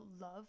Love